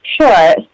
Sure